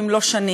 אם לא שנים.